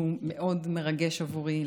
שהוא מאוד מרגש עבורי,